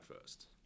first